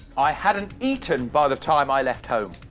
i hadn't eaten by the time i left home.